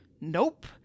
Nope